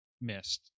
missed